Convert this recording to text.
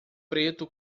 preto